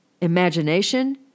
imagination